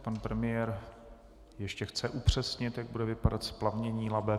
Pan premiér ještě chce upřesnit, jak bude vypadat splavnění Labe.